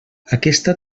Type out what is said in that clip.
aquesta